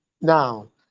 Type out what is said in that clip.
now